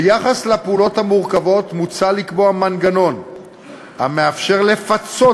ביחס לפעולות המורכבות מוצע לקבוע מנגנון המאפשר לפצות